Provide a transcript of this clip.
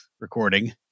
recording